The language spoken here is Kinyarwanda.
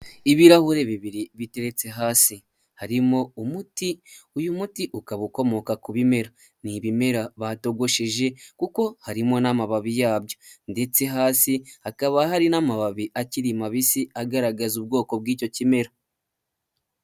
Ibirahure bibiri biteretse hasi harimo umuti. Uyu muti ukaba ukomoka ku bimera, ni ibimera batogosheje kuko harimo n'amababi yabyo ndetse hasi hakaba hari n'amababi akiri mabisi agaragaza ubwoko bw'icyo kimera.